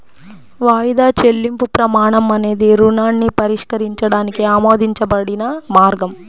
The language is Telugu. వాయిదా చెల్లింపు ప్రమాణం అనేది రుణాన్ని పరిష్కరించడానికి ఆమోదించబడిన మార్గం